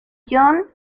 john